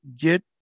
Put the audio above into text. get